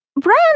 Brand